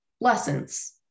lessons